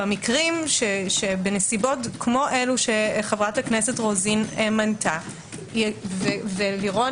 בנסיבות כמו אלה שחברת הכנסת רוזין מנתה ולירון